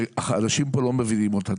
שאנשים פה לא מבינים אותה.